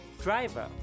Driver